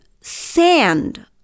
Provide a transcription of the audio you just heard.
sand